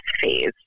phase